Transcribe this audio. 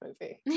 movie